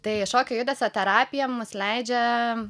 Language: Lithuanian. tai šokio judesio terapija leidžia